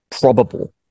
probable